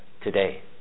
today